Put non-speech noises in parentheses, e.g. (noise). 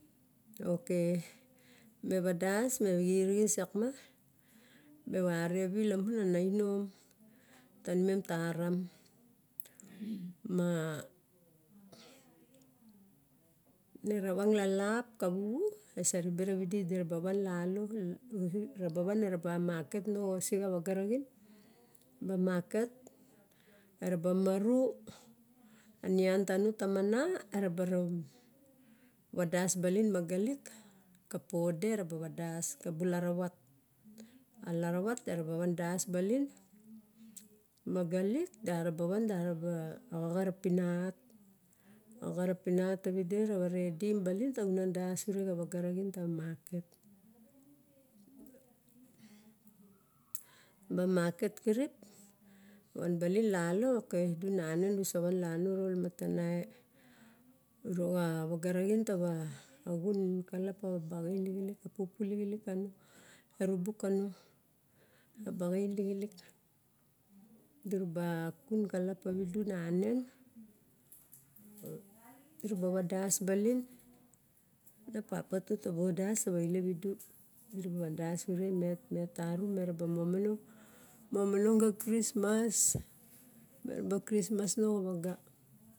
Ok me vadas me xiriris iak ma, me varevi lamun ana inom, ta nimem taram, ma < (hesitation) eravang lalap kawuxu, esa rebe ravidi dira ba van iano (hesitation) era ba van era ba market se xa vaga raxin ba market, era ba maru, a nian tano tama, era ba (hesitation) vadas balin, ka pode, ka bu laravat, a laravat era ba vandas balin, magalik, da ra ba van da raba xaxat a pinat xaxat a pinat ta vi de ra va redim balin kava unan das ure xa vaga raxin tava market (noise) ba market kirip, van balin lalo, ok du nanen du sa van lalo uro. La namatanai, uro xa vaga raxin ta va xun kalap pava baxain lixilik, e pupu lixilik kano, erubuk kano. A baxan lixilik. Dura ba kun kalap pavidu nanen (noise) duraba vadas balin, e papa tu taba vadas ta vailep idu, du raba vadas ure met tarum me ra ba momonong, momonong ka krismas me ra ba krismas nao xa vaga.